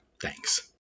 Thanks